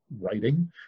writing